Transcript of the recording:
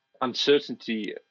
uncertainty